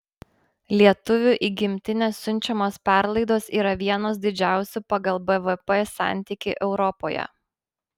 lietuvių į gimtinę siunčiamos perlaidos yra vienos didžiausių pagal bvp santykį europoje